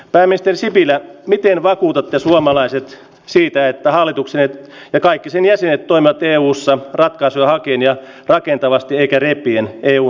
pääministeri sipilä miten vakuutatte suomalaiset siitä että hallituksenne ja kaikki sen jäsenet toimivat eussa ratkaisuja hakien ja rakentavasti eikä repien eun hajottajana